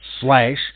slash